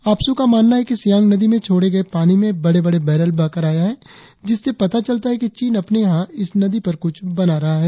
आपसू का मानना है कि सियांग नदी में छोड़े गए पानी में बड़े बड़े बैरल बहकर आया है जिससे पता चलता है कि चीन अपने यहाँ इस नदी पर कुछ बना रहा है